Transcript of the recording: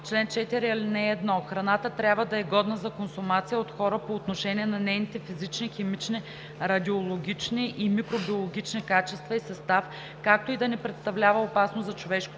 чл. 4: „Чл. 4. (1) Храната трябва да е годна за консумация от хора по отношение на нейните физични, химични, радиологични и микробиологични качества и състав, както и да не представлява опасност за човешкото здраве.